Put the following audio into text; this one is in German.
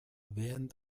während